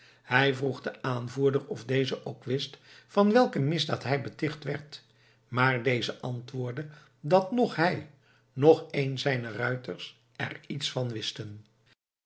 hij vroeg den aanvoerder of deze ook wist van welke misdaad hij beticht werd maar deze antwoordde dat noch hij noch een zijner ruiters er iets van wisten